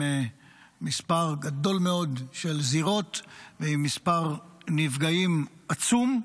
במספר גדול מאוד של זירות, ועם מספר נפגעים עצום?